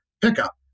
pickup